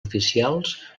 oficials